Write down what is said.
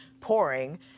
pouring